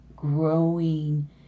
growing